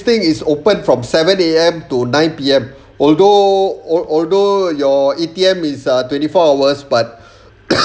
thing is open from seven A_M to nine P_M although al~ although your A_T_M is ah twenty four hours but